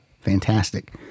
Fantastic